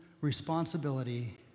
responsibility